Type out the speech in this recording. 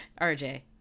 RJ